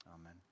amen